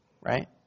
Right